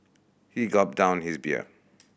he gulped down his beer